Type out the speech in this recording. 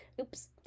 oops